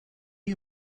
you